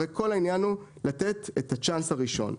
הרי כל העניין הוא לתת את הצ'אנס הראשון.